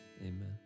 amen